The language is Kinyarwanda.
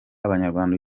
abanyarwanda